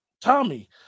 tommy